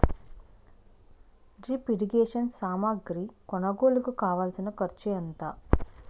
drip irrigation సామాగ్రి కొనుగోలుకు కావాల్సిన ఖర్చు ఎంత